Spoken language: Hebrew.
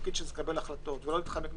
התפקיד שלי זה לקבל החלטות, ולא להתחמק מכך.